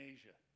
Asia